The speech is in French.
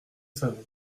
salon